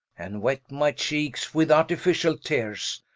and wet my cheekes with artificiall teares,